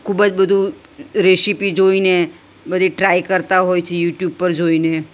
ખૂબ જ બધું રેશિપી જોઈને બધી ટ્રાય કરતા હોય છે યુટ્યુબ પર જોઈને